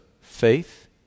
faith